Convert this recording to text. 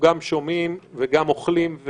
גם שומעים וגם אוכלים,